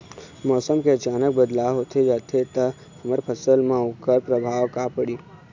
मौसम के अचानक बदलाव होथे जाथे ता हमर फसल मा ओकर परभाव का पढ़ी?